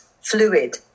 fluid